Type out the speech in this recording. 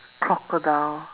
crocodile